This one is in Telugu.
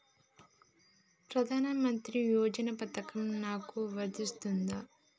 ప్రధానమంత్రి యోజన పథకం నాకు వర్తిస్తదా?